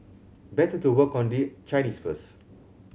better to work on their Chinese first